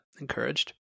encouraged